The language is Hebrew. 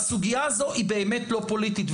והסוגיה הזו היא באמת לא פוליטית.